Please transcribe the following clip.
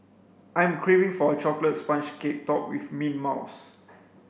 I'm craving for a chocolate sponge cake topped with mint mouse